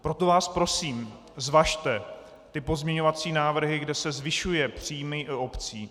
Proto vás prosím, zvažte ty pozměňovací návrhy, kde se zvyšují příjmy obcí.